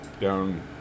down